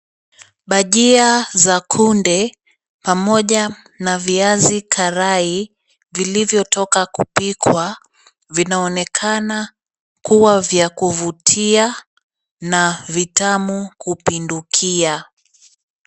Bhajia za kunde pamoja na viazi karai vilivyotoka kupikwa vinaonekana kuwa vya kuvutia na vitamu kupindukia.